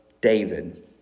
David